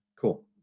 cool